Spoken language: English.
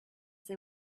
they